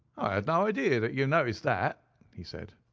i had no idea that you noticed that, he said.